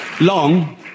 Long